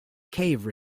cave